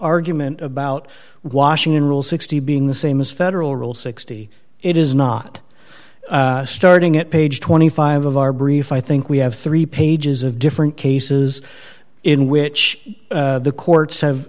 argument about washington rule sixty being the same as federal rule sixty it is not starting at page twenty five of our brief i think we have three pages of different cases in which the courts have